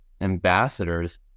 ambassadors